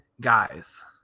guys